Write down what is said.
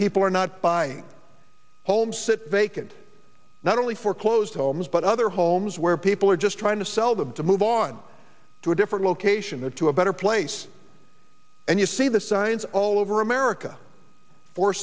people are not buying homes sit vacant not only foreclosed homes but other homes where people are just trying to sell them to move on to a different location that to a better place and you see the signs all over america for